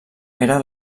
era